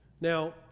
Now